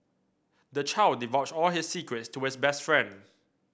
the child divulged all his secrets to his best friend